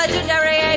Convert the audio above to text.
Legendary